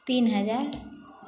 तीन हजार